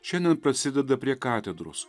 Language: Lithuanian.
šiandien prasideda prie katedros